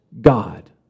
God